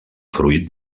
fruit